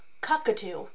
Cockatoo